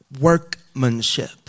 workmanship